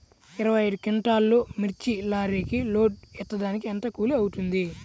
ఇరవై ఐదు క్వింటాల్లు మిర్చి లారీకి లోడ్ ఎత్తడానికి ఎంత కూలి అవుతుంది?